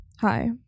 Hi